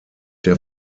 der